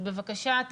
בבקשה.